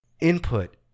input